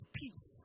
peace